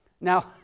Now